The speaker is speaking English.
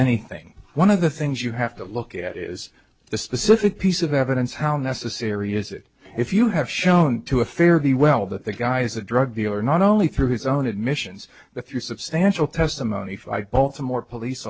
anything one of the things you have to look at is the specific piece of evidence how necessary is it if you have shown to a fair the well that the guy is a drug dealer not only through his own admissions the through substantial testimony five baltimore police